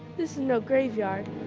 this is no graveyard.